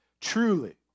truly